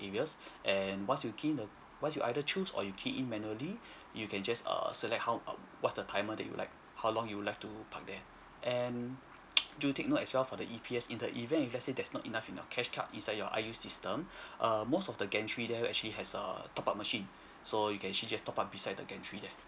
and once you key in the once you either choose or you key in manually you can just err select how what's the timer that you'd like how long you would like to park there and do take note as well for the E_P_S in the event if let's say there's not enough in your cash card inside your I_U system err most of the gentry there actually has a top up machine so you can actually just top up beside the gentry there